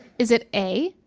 is it a,